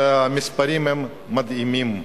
המספרים מדהימים.